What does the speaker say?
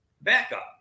backup